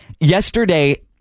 Yesterday